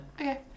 Okay